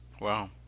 wow